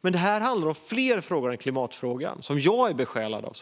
Men det handlar om fler frågor än klimatfrågan, och som jag såklart är besjälad av.